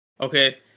Okay